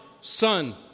son